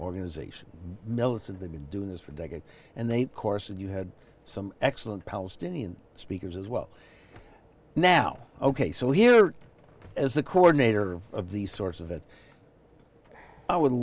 organization militant they've been doing this for decades and they course and you had some excellent palestinian speakers as well now ok so here as the coordinator of these sorts of it i would